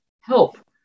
help